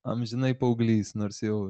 amžinai paauglys nors jau